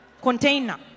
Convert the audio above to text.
container